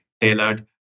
Tailored